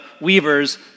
weavers